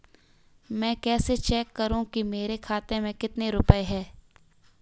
मैं कैसे चेक करूं कि मेरे खाते में कितने रुपए हैं?